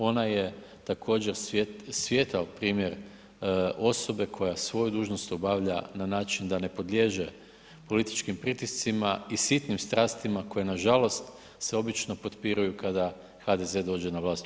Ona je također svijetao primjer osobe koja svoju dužnost obavlja na način da ne podliježe političkim pritiscima i sitnim strastima koje nažalost se obično potpiruju kada HDZ dođe na vlast u